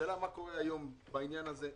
השאלה מה קורה היום בעניין הזה.